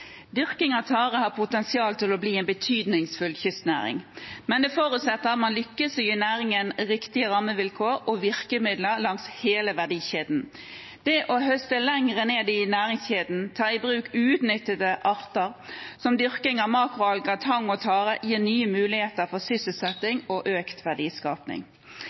Dyrking av tare har potensial til å bli en betydningsfull kystnæring. Men det forutsetter at man lykkes i å gi næringen riktige rammevilkår og virkemidler langs hele verdikjeden. Det å høste lenger ned i næringskjeden, ta i bruk uutnyttede arter ved dyrking av makroalger, tang og tare gir nye muligheter for sysselsetting og økt